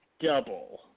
double